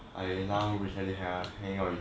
I now recently never hangout with him